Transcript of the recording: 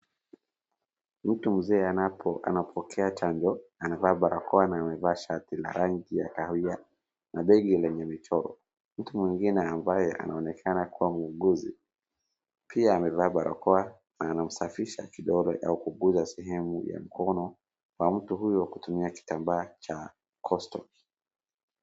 Mtu mzee anapokea chanjoo, amevaa barakoa na amevaa shati la rangi ya raia na ndege limechorwa. Mtu mwingine ambayo anaonekana kua muuguzi, pia amevaa barakoa na anamsafisha kidole au sehemu ya mkono mtu huyo kutumia kitambaa cha costopi.